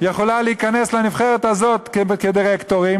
יכול להיכנס לנבחרת הזאת כדירקטורים,